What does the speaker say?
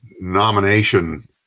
nomination